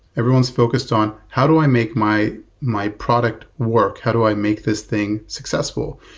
everyone's focused on, how do i make my my product work? how do i make this thing successful?